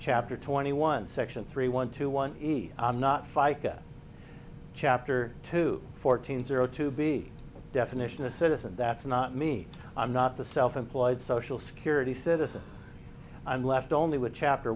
chapter twenty one section three one two one i'm not fica chapter two fourteen zero two be definition a citizen that's not me i'm not the self employed social security citizen i'm left only with chapter